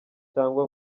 cyangwa